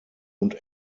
und